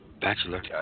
bachelor